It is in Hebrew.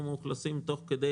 או מאוכלסים תוך כדי,